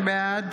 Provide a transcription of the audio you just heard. בעד